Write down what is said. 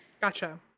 gotcha